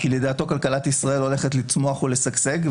כי לדעתו כלכלת ישראל הולכת לצמוח ולשגשג,